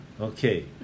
Okay